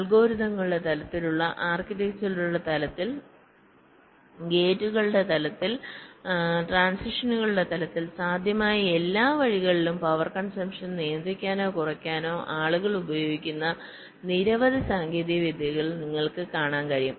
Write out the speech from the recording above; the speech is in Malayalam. ആൽഗരിതങ്ങളുടെ തലത്തിലുള്ള ആർക്കിടെക്ചറുകളുടെ തലത്തിൽ ഗേറ്റുകളുടെ തലത്തിൽ ട്രാൻസിസ്റ്ററുകളുടെ തലത്തിൽ സാധ്യമായ എല്ലാ വഴികളിലും പവർ കൺസമ്പ്ഷൻ നിയന്ത്രിക്കാനോ കുറയ്ക്കാനോ ആളുകൾ ഉപയോഗിക്കുന്ന നിരവധി സാങ്കേതിക വിദ്യകൾ നിങ്ങൾക്ക് കാണാൻ കഴിയും